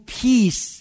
peace